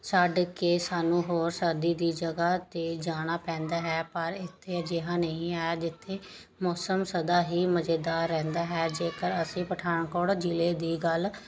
ਛੱਡ ਕੇ ਸਾਨੂੰ ਹੋਰ ਸਰਦੀ ਦੀ ਜਗ੍ਹਾ 'ਤੇ ਜਾਣਾ ਪੈਂਦਾ ਹੈ ਪਰ ਇੱਥੇ ਅਜਿਹਾ ਨਹੀਂ ਹੈ ਜਿੱਥੇ ਮੌਸਮ ਸਦਾ ਹੀ ਮਜ਼ੇਦਾਰ ਰਹਿੰਦਾ ਹੈ ਜੇਕਰ ਅਸੀਂ ਪਠਾਨਕੋਟ ਜ਼ਿਲ੍ਹੇ ਦੀ ਗੱਲ